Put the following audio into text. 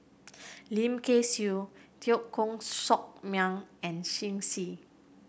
Lim Kay Siu Teo Koh Sock Miang and Shen Xi